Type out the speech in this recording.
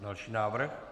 Další návrh.